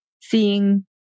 seeing